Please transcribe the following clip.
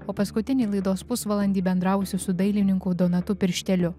o paskutinį laidos pusvalandį bendrausiu su dailininku donatu piršteliu